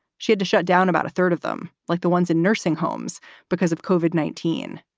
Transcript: she had to shut down about a third of them, like the ones in nursing homes because of covered nineteen.